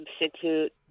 substitute